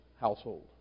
household